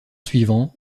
suivants